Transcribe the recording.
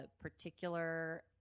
particular